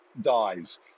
dies